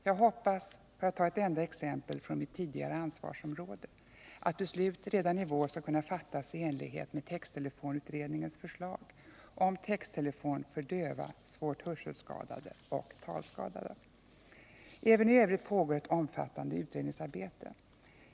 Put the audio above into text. Jag hoppas — för att nämna ett enda exempel från mitt tidigare ansvarsområde — att beslut redan i vår skall kunna fattas i enlighet med texttelefonutredningens förslag om texttelefon för döva, svårt hörselskadade och talskadade. Även i övrigt pågår ett omfattande utredningsarbete.